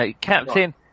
captain